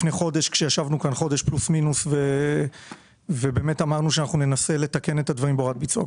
לפני חודש ישבנו פה ואמרנו שננסה לתקן את הדברים בהוראת ביצוע.